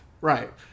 Right